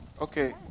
Okay